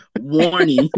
Warning